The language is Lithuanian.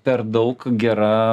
per daug gera